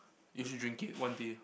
you should drink it one day